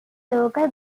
local